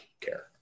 care